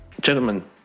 gentlemen